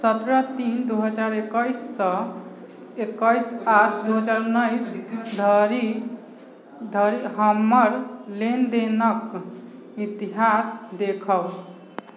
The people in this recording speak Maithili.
सत्रह तीन दू हजार एकैस सँ एकैस आठ दू हजार उन्नैस धरि हमर लेनदेनके इतिहास देखाउ